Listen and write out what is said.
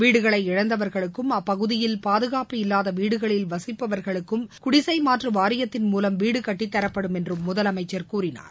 வீடுகளை இழந்தவர்களுக்கும் அப்பகுதியில் பாதுகாப்பு இல்லாத வீடுகளில் வசிப்பவர்களுக்கும் குடிசை மாற்று வாரியத்தின் மூலம் வீடு கட்டித்தரப்படும் என்றும் முதலமைச்சர் கூறினார்